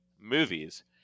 movies